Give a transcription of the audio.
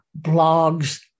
blogs